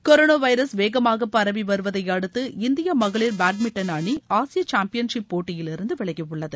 corona virus வேகமாக பரவி வருவதையடுத்து இந்திய மகளிர் பேட்மிண்டன் அணி ஆசிய சாம்பியன் ஷிப் போட்டியிலிருந்து விலகி உள்ளது